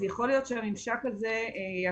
יכול להיות שהממשק הזה יאפשר